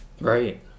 Right